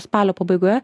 spalio pabaigoje